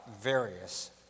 various